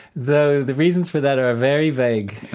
though the reasons for that are very vague,